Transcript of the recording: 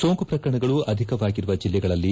ಸೋಂಕು ಪ್ರಕರಣಗಳು ಅಧಿಕವಾಗಿರುವ ಜಿಲ್ಲೆಗಳಲ್ಲಿ